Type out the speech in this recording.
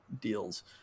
deals